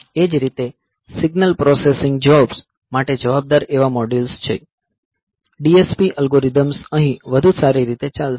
એ જ રીતે signal processing jobs માટે જવાબદાર એવા મોડ્યુલ છે DSP અલ્ગોરિધમ્સ અહીં વધુ સારી રીતે ચાલશે